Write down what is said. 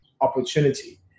opportunity